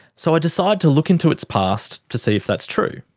so i decide to look into its past to see if that's true.